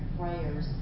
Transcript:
prayers